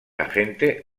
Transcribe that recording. agente